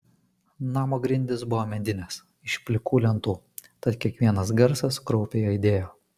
namo grindys buvo medinės iš plikų lentų tad kiekvienas garsas kraupiai aidėjo